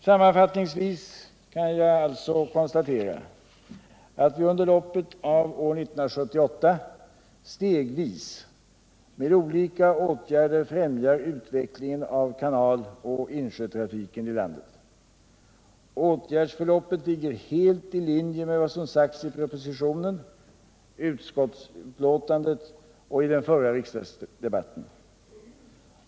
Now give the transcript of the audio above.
Sammanfattningsvis kan jag således konstatera att vi under loppet av år 1978 stegvis med olika åtgärder främjar utvecklingen av kanaloch insjötrafiken i landet. Åtgärdsförloppet ligger helt i linje med vad som sagts i propositionen, utskottsutlåtandet och i förra riksdagsdebatten.